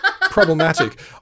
problematic